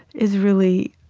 is really,